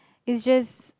it's just